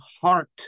heart